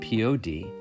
pod